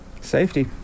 Safety